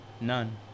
None